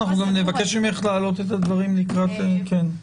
אנחנו גם נבקש ממך להעלות את הדברים לקראת --- כן?